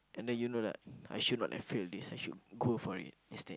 and you know like I should not have fail this I should have go for it instead